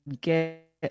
get